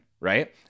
right